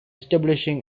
establishing